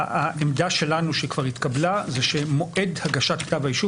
בעמדה שלנו שכבר התקבלה זה שמועד הגשת כתב האישום